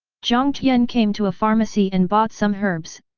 jiang tian came to a pharmacy and bought some herbs,